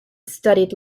studied